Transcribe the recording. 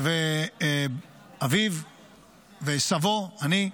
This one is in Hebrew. אביו וסבו, אני,